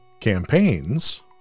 campaigns